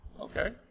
Okay